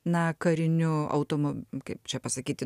na kariniu automo kaip čia pasakyti